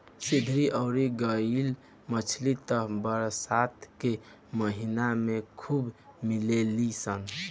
सिधरी अउरी गरई मछली त बरसात के महिना में खूब मिलेली सन